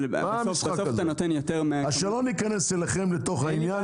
אבל בסוף אתה נותן יותר --- אז שלא ניכנס לכם לתוך העניין.